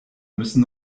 müssen